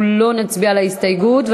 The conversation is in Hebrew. אנחנו לא נצביע על ההסתייגות,